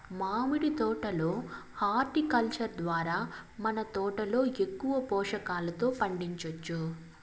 మామిడి తోట లో హార్టికల్చర్ ద్వారా మన తోటలో ఎక్కువ పోషకాలతో పండించొచ్చు